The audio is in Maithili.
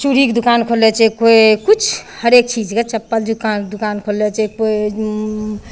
चुरीके दोकान खोलने छै केओ किछु हरेक चीजके चप्पल दोकान खोलने छै केओ